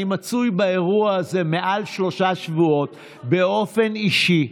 אני מצוי באירוע הזה יותר משלושה שבועות באופן אישי.